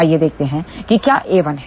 तो आइए देखते है कि क्या a1है